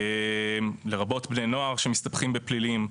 לרבות בני נוער שמסתבכים בפלילים.